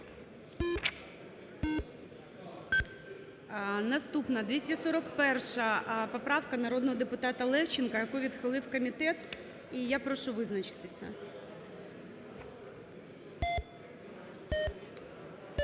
Наступна 241 поправка народного депутата Левченка, яку відхилив комітет. І я прошу визначитися.